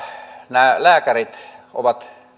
nämä lääkärit ovat